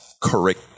correct